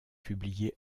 publié